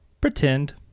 pretend